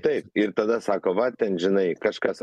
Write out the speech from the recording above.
taip ir tada sako va ten žinai kažkas